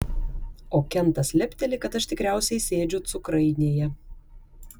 o kentas lepteli kad aš tikriausiai sėdžiu cukrainėje